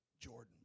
Jordan